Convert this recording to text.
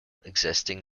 existing